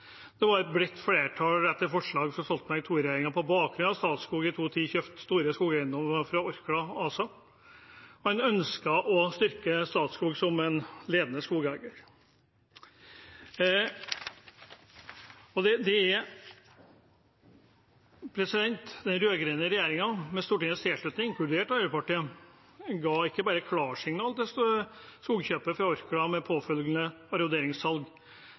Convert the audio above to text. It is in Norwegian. Det var et bredt flertall, etter forslag fra Stoltenberg II-regjeringen, på bakgrunn av at Statskog i 2010 kjøpte store skogeiendommer fra Orkla ASA. Man ønsket å styrke Statskog som en ledende skogeier. Den rød-grønne regjeringen, med Stortingets tilslutning, inkludert Arbeiderpartiet, ga ikke bare klarsignal til skogkjøpet fra Orkla med påfølgende arronderingssalg;